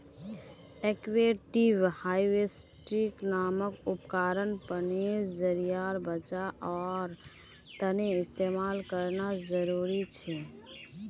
aquatic weed harvester नामक उपकरण पानीर ज़रियार बचाओर तने इस्तेमाल करना ज़रूरी छे